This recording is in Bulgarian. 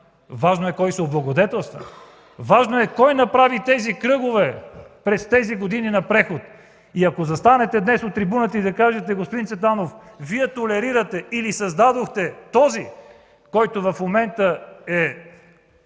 Важно е кой се облагодетелства. Важно е кой направи тези кръгове през тези години на преход. И ако застанете днес на трибуната и кажете: господин Цветанов, Вие толерирате или създадохте този, който в момента е,